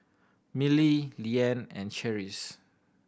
Milly Leanne and Cherise